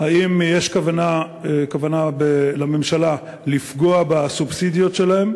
האם יש לממשלה כוונה לפגוע בסובסידיות שלהם?